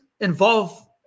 involve